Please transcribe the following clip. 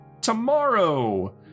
tomorrow